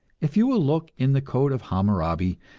if you will look in the code of hammurabi,